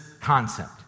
concept